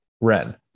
Ren